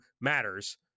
matters